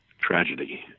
tragedy